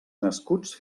nascuts